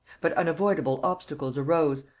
but unavoidable obstacles arose,